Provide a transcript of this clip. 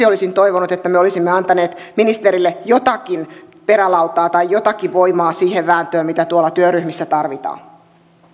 olisin toivonut että me olisimme antaneet ministerille jotakin perälautaa tai jotakin voimaa siihen vääntöön mitä tuolla työryhmissä tarvitaan